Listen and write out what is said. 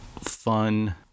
fun